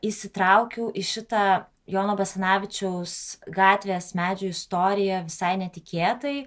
įsitraukiau į šitą jono basanavičiaus gatvės medžių istoriją visai netikėtai